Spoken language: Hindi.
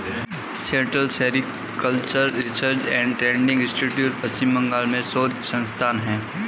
central sericultural research and training institute Paschim Bengal में स्थित शोध संस्थान है